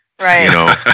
Right